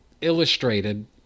illustrated